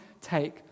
take